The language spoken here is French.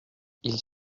ils